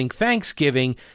thanksgiving